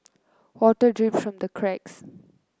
water drips from the cracks